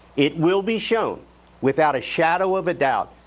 it will be shown without a shadow of a doubt,